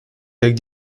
avec